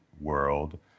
world